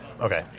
Okay